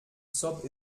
zob